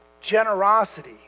Generosity